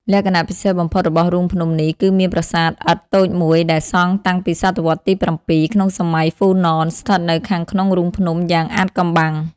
លក្ខណៈពិសេសបំផុតរបស់រូងភ្នំនេះគឺមានប្រាសាទឥដ្ឋតូចមួយដែលសង់តាំងពីសតវត្សរ៍ទី៧ ក្នុងសម័យហ្វូណន ស្ថិតនៅខាងក្នុងរូងភ្នំយ៉ាងអាថ៌កំបាំង។